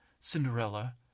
Cinderella